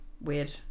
weird